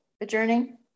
adjourning